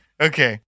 Okay